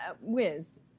whiz